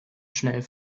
schnell